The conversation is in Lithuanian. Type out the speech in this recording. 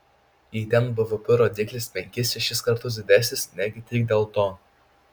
jei ten bvp rodiklis penkis šešis kartus didesnis negi tik dėl to